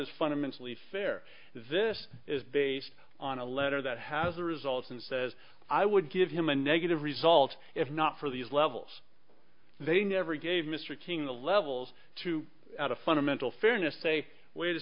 is fundamentally fair this is based on a letter that has the results and says i would give him a negative result if not for these levels they never gave mr king the levels to the fundamental fairness say wait a